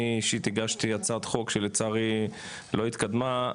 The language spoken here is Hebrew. אני אישית הגשתי הצעת חוק שלצערי לא התקדמה,